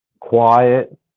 quiet